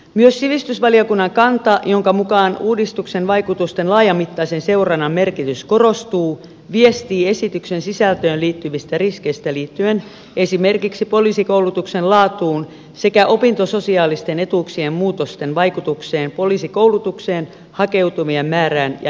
myös sivistysvaliokunnan kanta jonka mukaan uudistuksen vaikutusten laajamittaisen seurannan merkitys korostuu viestii esityksen sisältöön liittyvistä riskeistä liittyen esimerkiksi poliisikoulutuksen laatuun sekä opintososiaalisten etuuksien muutosten vaikutukseen poliisikoulutukseen hakeutuvien määrään ja ikärakenteeseen